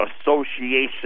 Association